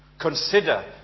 consider